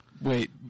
wait